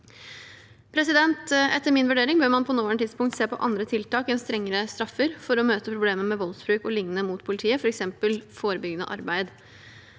sak. Etter min vurdering bør man på nåværende tidspunkt se på andre tiltak enn strengere straffer for å møte problemet med voldsbruk og lignende mot politiet, f.eks. forebyggende arbeid.